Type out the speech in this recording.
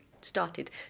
started